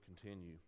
continue